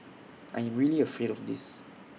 I am really afraid of this